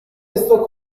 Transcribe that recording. استکهلم